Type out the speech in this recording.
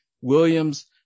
Williams